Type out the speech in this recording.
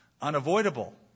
unavoidable